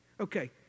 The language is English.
Okay